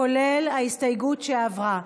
כולל ההסתייגות שעברה.